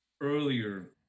earlier